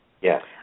Yes